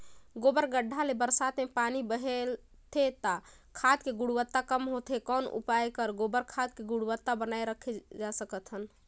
गोबर गढ्ढा ले बरसात मे पानी बहथे त खाद के गुणवत्ता कम होथे कौन उपाय कर गोबर खाद के गुणवत्ता बनाय राखे सकत हन?